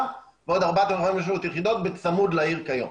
ועוד 4,500 יחידות בצמוד לעיר כיום.